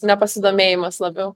nepasidomėjimas labiau